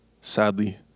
sadly